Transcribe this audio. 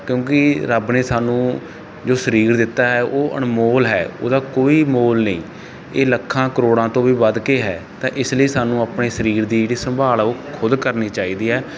ਕਿਉਂਕੀ ਰੱਬ ਨੇ ਸਾਨੂੰ ਜੋ ਸਰੀਰ ਦਿੱਤਾ ਹੈ ਉਹ ਅਨਮੋਲ ਹੈ ਉਹਦਾ ਕੋਈ ਮੋਲ ਨਹੀਂ ਇਹ ਲੱਖਾਂ ਕਰੋੜਾਂ ਤੋਂ ਵੀ ਵੱਧ ਕੇ ਹੈ ਤਾਂ ਇਸ ਲਈ ਸਾਨੂੰ ਆਪਣੇ ਸਰੀਰ ਦੀ ਜਿਹੜੀ ਸੰਭਾਲ ਆ ਉਹ ਖੁਦ ਕਰਨੀ ਚਾਹੀਦੀ ਹੈ